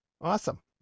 Awesome